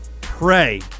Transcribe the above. pray